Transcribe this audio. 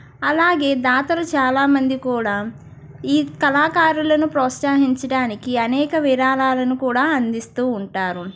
అలాగే దాతలు చాలా మంది కూడా ఈ కళాకారులను ప్రోత్సహించడానికి అనేక విరాళాలను కూడా అందిస్తూ ఉంటారు